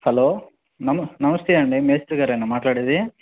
hello నమస్తే అండి మేస్త్రీ గారేనా మాట్లాడేది